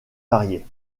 variées